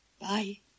Bye